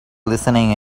listening